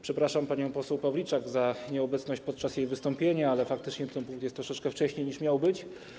Przepraszam panią poseł Pawliczak za nieobecność podczas jej wystąpienia, ale faktycznie ten punkt jest troszeczkę wcześniej, niż miał być.